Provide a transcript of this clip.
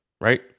Right